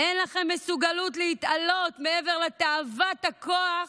אין לכם מסוגלות להתעלות מעבר לתאוות הכוח,